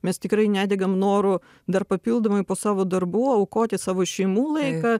mes tikrai nedegam noru dar papildomai po savo darbų aukoti savo šeimų laiką